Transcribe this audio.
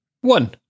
one